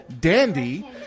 dandy